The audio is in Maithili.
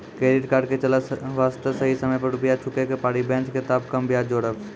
क्रेडिट कार्ड के चले वास्ते सही समय पर रुपिया चुके के पड़ी बेंच ने ताब कम ब्याज जोरब?